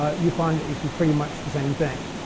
you find that you see pretty much the same thing.